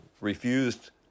refused